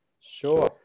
Sure